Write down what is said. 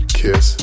kiss